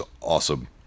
awesome